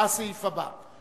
בא הסעיף הבא.